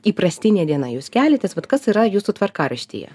įprastinė diena jūs keliatės vat kas yra jūsų tvarkaraštyje